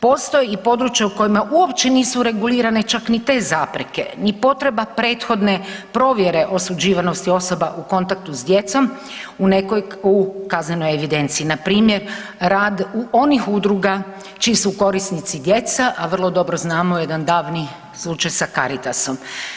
Postoje i područja u kojima uopće nisu regulirana i čak ni te zapreke ni potreba prethodne provjere osuđivanosti osoba u kontaktu s djecom u kaznenoj evidenciji npr. rad onih udruga čiji su korisnici djeca, a vrlo dobro znamo jedan davni slučaj sa Caritasom.